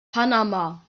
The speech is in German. panama